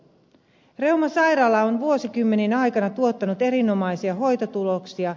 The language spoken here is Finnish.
reuman sairaala on vuosikymmenien aikana tuottanut erinomaisia hoitotuloksia